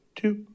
two